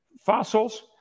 Fossils